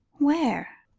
where?